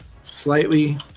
slightly